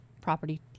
property